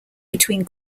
between